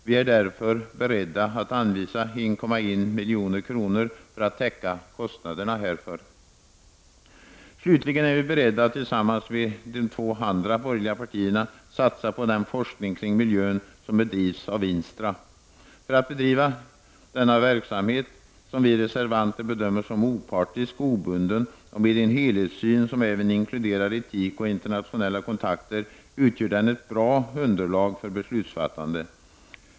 Vi är därför beredda att anvisa 1,1 milj.kr. för att täcka kostnaderna härför. Slutligen är vi beredda att tillsammans med de två andra borgerliga partierna satsa på den forskning kring miljön som bedrivs av INSTRA. Denna verksamhet, som vi reservanter bedömer som opartisk och obunden och som har en helhetssyn som även inkluderar etik och internationella kontakter, utgör ett bra underlag för beslutsfattande.